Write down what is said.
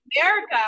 America